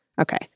Okay